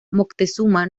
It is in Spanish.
moctezuma